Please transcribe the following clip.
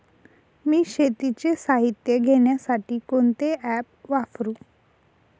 मी शेतीचे साहित्य घेण्यासाठी कोणते ॲप वापरु?